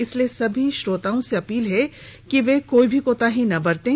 इसलिए सभी श्रोताओं से अपील है कि कोई भी कोताही ना बरतें